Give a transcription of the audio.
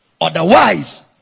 Otherwise